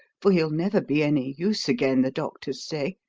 for he'll never be any use again, the doctors say.